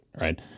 right